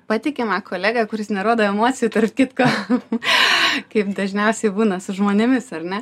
patikimą kolegą kuris nerodo emocijų tarp kitko kaip dažniausiai būna su žmonėmis ar ne